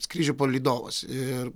skrydžių palydovas ir